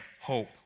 hope